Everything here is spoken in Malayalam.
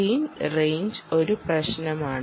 ഗെയിൽ റെയിഞ്ച് ഒരു പ്രശ്നമാണ്